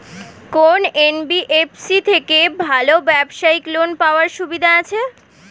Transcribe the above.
কোন এন.বি.এফ.সি থেকে ভালো ব্যবসায়িক লোন পাওয়ার সুবিধা আছে?